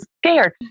scared